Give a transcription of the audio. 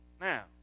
Now